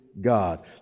God